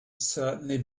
certainly